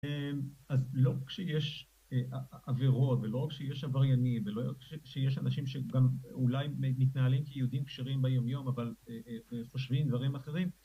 אז לא רק שיש עבירות ולא רק שיש עבריינים ולא רק שיש אנשים שגם אולי מתנהלים כיהודים כשרים ביומיום אבל חושבים דברים אחרים